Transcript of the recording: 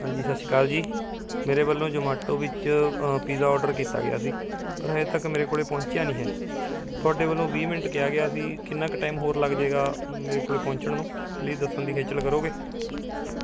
ਹਾਂਜੀ ਸਤਿ ਸ਼੍ਰੀ ਅਕਾਲ ਜੀ ਮੇਰੇ ਵੱਲੋਂ ਜਮਾਟੋ ਵਿੱਚ ਪੀਜ਼ਾ ਔਡਰ ਕੀਤਾ ਗਿਆ ਸੀ ਪਰ ਅਜੇ ਤੱਕ ਮੇਰੇ ਕੋਲੇ ਪਹੁੰਚਿਆ ਨਹੀਂ ਹੈ ਤੁਹਾਡੇ ਵੱਲੋਂ ਵੀਹ ਮਿੰਟ ਕਿਹਾ ਗਿਆ ਸੀ ਕਿੰਨਾ ਕੁ ਟਾਈਮ ਹੋਰ ਲੱਗ ਜਾਵੇਗਾ ਮੇਰੇ ਕੋਲੇ ਪਹੁੰਚਣ ਨੂੰ ਪਲੀਜ਼ ਦੱਸਣ ਦੀ ਖੇਚਲ ਕਰੋਗੇ